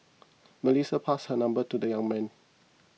Melissa passed her number to the young man